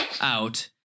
out